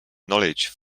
knowledge